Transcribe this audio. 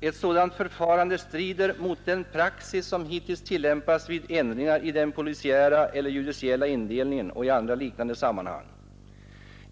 ”ett sådant förfarande strider mot den praxis som hittills tillämpats vid ändringar i den polisiära eller judiciella indelningen och i andra liknande sammanhang.